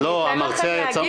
אני אתן לכם להגיב.